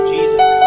Jesus